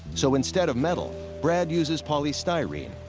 so instead of metal, brad uses polystyrene,